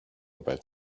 about